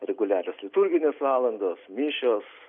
reguliarios liturginės valandos mišios